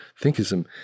Thinkism